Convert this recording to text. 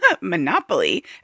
monopoly